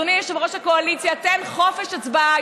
אדוני יושב-ראש הקואליציה, תן חופש הצבעה.